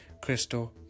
Crystal